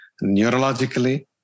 neurologically